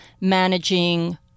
managing